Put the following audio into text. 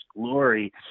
glory